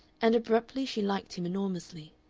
and abruptly she liked him enormously.